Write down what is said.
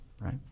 right